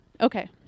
Okay